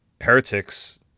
Heretics